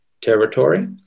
territory